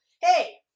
hey